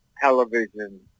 television